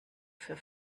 für